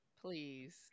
Please